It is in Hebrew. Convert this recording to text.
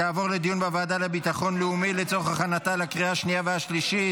לוועדה לביטחון לאומי נתקבלה.